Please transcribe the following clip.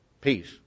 peace